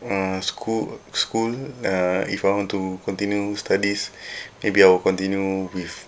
uh school school uh if I want to continue studies maybe I will continue with